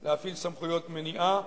להפעיל סמכויות מניעה,